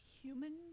human